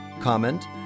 comment